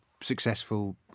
successful